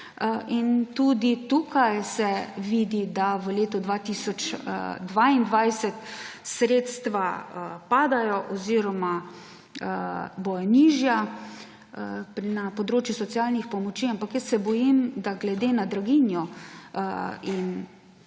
Tudi tukaj se vidi, da v letu 2022 sredstva padajo oziroma bodo nižja na področju socialnih pomoči. Ampak jaz se bojim, da glede na draginjo in